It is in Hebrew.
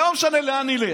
לא משנה לאן נלך,